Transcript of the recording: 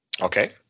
okay